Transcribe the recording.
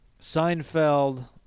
Seinfeld